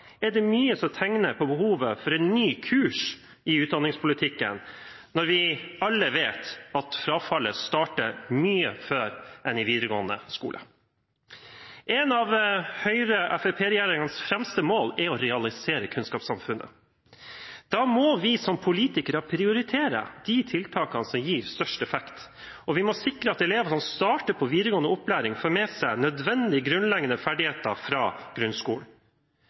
er det mye som tegner for et behov for en ny kurs i utdanningspolitikken, når vi alle vet at frafallet starter mye før enn i videregående skole. Et av Høyre–Fremskrittsparti-regjeringens fremste mål er å realisere kunnskapssamfunnet. Da må vi som politikere prioritere de tiltakene som gir størst effekt. Vi må sikre at elever som starter på videregående opplæring, får med seg nødvendig grunnleggende ferdigheter fra grunnskolen.